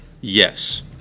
Yes